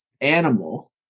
animal